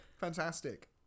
Fantastic